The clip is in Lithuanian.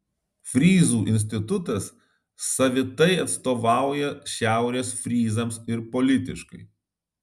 fryzų institutas savitai atstovauja šiaurės fryzams ir politiškai